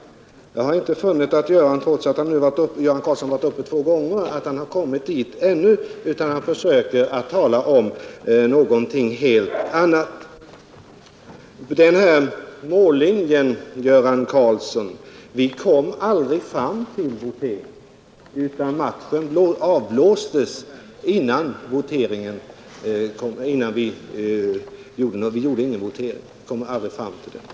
Jag har inte funnit att han, trots att han nu har varit uppe två gånger, har kommit dit ännu. Han talar i stället om något helt annat. Vi kom aldrig fram till votering i kammaren vid föregående behandling, Göran Karlsson. Matchen avblåstes således innan vi hade kommit fram till mållinjen.